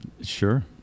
Sure